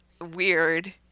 weird